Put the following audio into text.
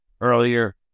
earlier